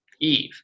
Eve